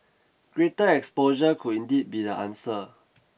greater exposure could indeed be the answer